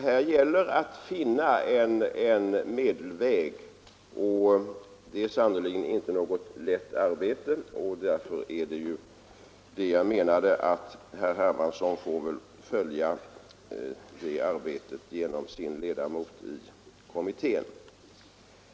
Här gäller det att finna en medelväg, och det är sannerligen inte något lätt arbete. Det var därför jag menade att herr Hermansson får följa detta arbete genom sin ledamot i kommittén.